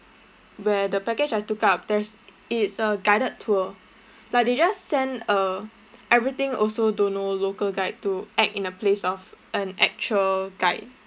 where the package I took up there's it's a guided tour like they just send uh everything also don't know local guide to act in a place of an actual guide